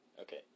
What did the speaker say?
Okay